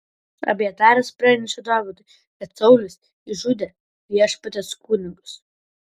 abjataras pranešė dovydui kad saulius išžudė viešpaties kunigus